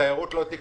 התיירות לא תכנס.